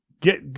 get